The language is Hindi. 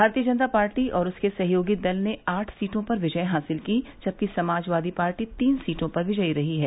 भारतीय जनता पार्टी और उसके सहयोगी दल ने आठ सीटों पर विजय हासिल की जबकि समाजवादी पार्टी तीन सीटों पर विजयी रही है